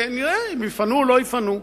ונראה אם יפנו או לא יפנו.